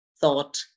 thought